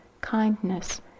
kindness